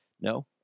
No